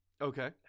Okay